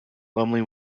lumley